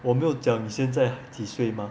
我没有讲现在几岁 mah